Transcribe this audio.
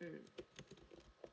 mm